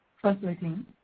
translating